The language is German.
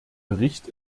bericht